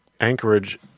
Anchorage